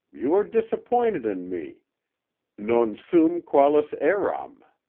you are disappointed in me non sum qualis eram.